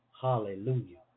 Hallelujah